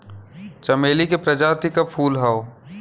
चमेली के प्रजाति क फूल हौ